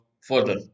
further